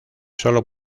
solo